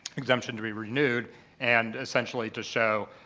exemption to be renewed and essentially to show